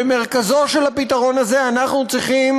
במרכזו של הפתרון הזה אנחנו צריכים